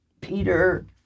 Peter